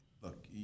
look